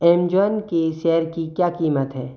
Amazon के share की क्या कीमत है